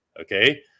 Okay